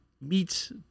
meets